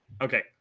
Okay